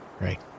Right